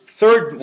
third